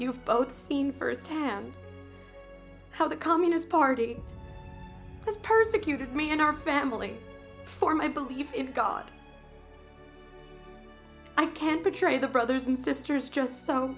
you've both seen first hand how the communist party has persecuted me and our family for my belief in god i can't betray the brothers and sisters just so